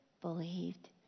believed